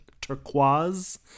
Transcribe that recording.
turquoise